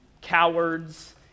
cowards